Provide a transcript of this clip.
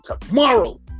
tomorrow